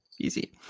easy